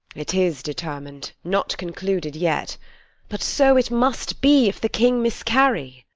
it is determin'd, not concluded yet but so it must be, if the king miscarry.